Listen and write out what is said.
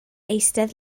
eistedd